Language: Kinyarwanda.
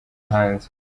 hanze